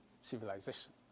civilization